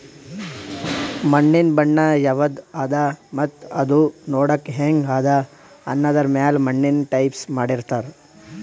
ಮಣ್ಣಿನ್ ಬಣ್ಣ ಯವದ್ ಅದಾ ಮತ್ತ್ ಅದೂ ನೋಡಕ್ಕ್ ಹೆಂಗ್ ಅದಾ ಅನ್ನದರ್ ಮ್ಯಾಲ್ ಮಣ್ಣಿನ್ ಟೈಪ್ಸ್ ಮಾಡಿರ್ತಾರ್